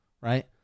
right